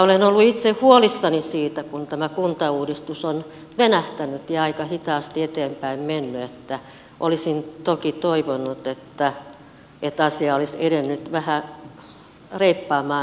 olen ollut itse huolissani siitä kun tämä kuntauudistus on venähtänyt ja aika hitaasti eteenpäin mennyt ja olisin toki toivonut että asia olisi edennyt vähän reippaammin